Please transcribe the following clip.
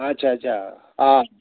अच्छा अच्छा अँ